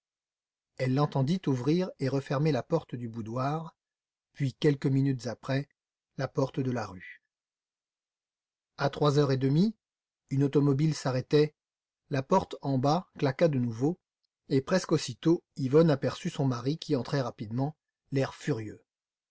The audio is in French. elle l'entendit ouvrir et refermer la porte du boudoir puis quelques minutes après la porte de la rue à trois heures et demie une automobile s'arrêtait la porte en bas claqua de nouveau et presque aussitôt yvonne aperçut son mari qui entrait rapidement l'air furieux